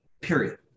period